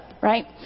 right